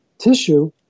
Tissue